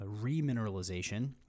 remineralization